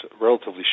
relatively